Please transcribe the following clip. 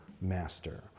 master